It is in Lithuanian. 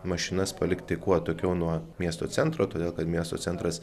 mašinas palikti kuo atokiau nuo miesto centro todėl kad miesto centras